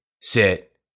sit